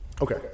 Okay